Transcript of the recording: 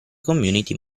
community